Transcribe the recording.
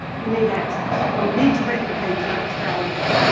you need access, and you need to replicate to to validate.